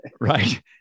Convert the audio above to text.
right